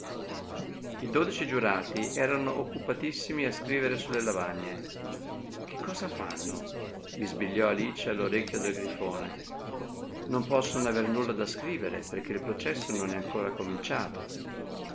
i dodici giurati erano occupatissimi a scrivere sulle lavagne che cosa fanno bisbigliò alice all'orecchio del grifone non possono aver nulla da scrivere perchè il processo non è ancora cominciato